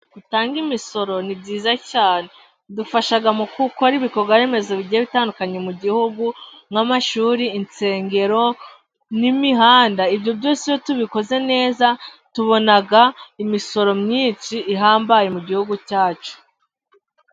Gutanga imisoro ni byiza cyane, bidufasha mu gukora ibikorwa remezo bigiye bitandukanye mu gihugu, nk'amashuri, insengero n'imihanda. Ibyo byose iyo tubikoze neza, tubona imisoro myinshi ihambaye mu gihugu cyacu.